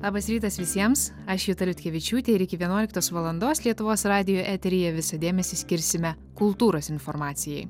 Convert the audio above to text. labas rytas visiems aš juta liutkevičiūtė ir iki vienuoliktos valandos lietuvos radijo eteryje visą dėmesį skirsime kultūros informacijai